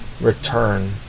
return